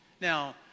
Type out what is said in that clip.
Now